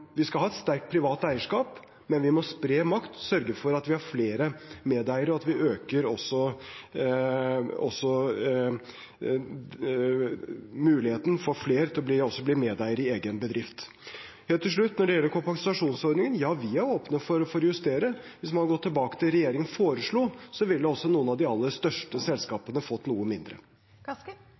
at vi har flere medeiere, og at vi også øker muligheten for flere til å bli medeiere i egen bedrift. Helt til slutt når det gjelder kompensasjonsordningen: Ja, vi er åpne for å justere. Hvis man hadde gått tilbake til det regjeringen foreslo, ville også noen av de aller største selskapene fått noe